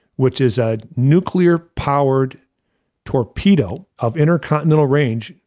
which is a nuclear-powered torpedo of intercontinental range,